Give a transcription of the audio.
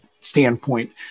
standpoint